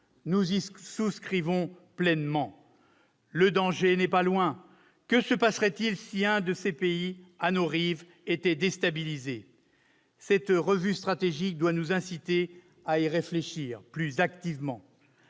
Nous y souscrivons pleinement : le danger n'est pas loin. Que se passerait-il si un pays à nos rives était déstabilisé ? Cette revue stratégique doit nous inciter à y réfléchir plus activement.